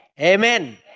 Amen